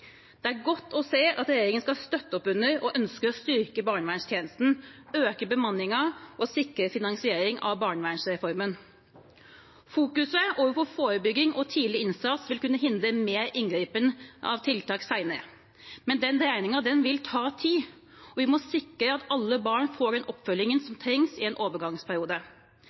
Det er godt å se at regjeringen skal støtte opp under og ønsker å styrke barnevernstjenesten, øke bemanningen og sikre finansiering av barnevernsreformen. Å få fokuset over på forebygging og tidlig innsats vil kunne hindre mer inngripende tiltak senere, men den dreiningen vil ta tid, og vi må sikre at alle barn får den oppfølgingen som trengs i en overgangsperiode.